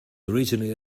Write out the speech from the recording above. originally